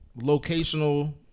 Locational